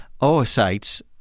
oocytes